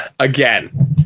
Again